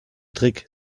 trick